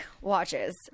watches